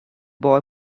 boy